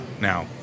now